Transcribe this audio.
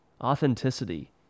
Authenticity